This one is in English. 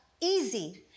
easy